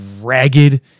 ragged